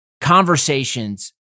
conversations